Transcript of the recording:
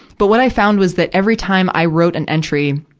but what i found was that every time i wrote an entry,